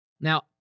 Now